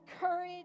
courage